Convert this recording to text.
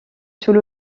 sous